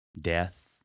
death